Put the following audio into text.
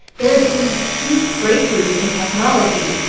there had been these huge breakthroughs in technology.